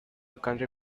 county